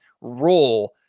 role